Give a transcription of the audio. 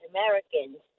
Americans